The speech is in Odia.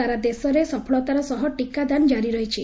ସାରା ଦେଶରେ ସଫଳତାର ସହ ଟିକାଦାନ ଜାରି ରହିଛି